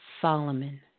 Solomon